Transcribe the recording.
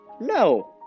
no